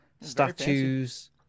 statues